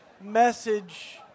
message